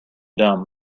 dumb